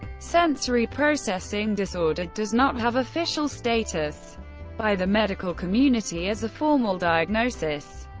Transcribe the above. sensory-processing disorder does not have official status by the medical community as a formal diagnosis,